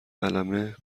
قلمه